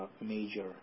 major